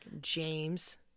James